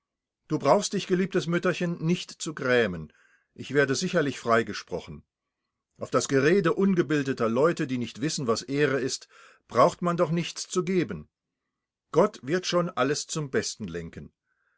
du brauchst dich geliebtes mütterchen nicht zu grämen ich werde sicherlich freigesprochen auf das gerede ungebildeter leute die nicht wissen was ehre ist braucht man doch nichts zu geben gott wird schon alles zum besten lenken